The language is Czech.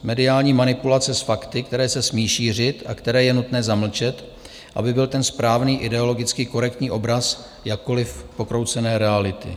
Mediální manipulace s fakty, které se smí šířit a které je nutné zamlčet, aby byl ten správný, ideologicky korektní obraz jakkoliv pokroucené reality.